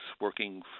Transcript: working